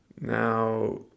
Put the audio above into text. now